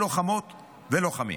לוחמות ולוחמים.